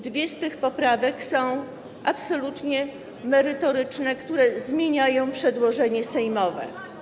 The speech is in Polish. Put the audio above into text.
Dwie z tych poprawek są absolutnie merytoryczne, które zmieniają przedłożenie sejmowe.